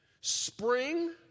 spring